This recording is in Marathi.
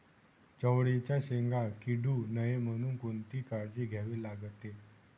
चवळीच्या शेंगा किडू नये म्हणून कोणती काळजी घ्यावी लागते?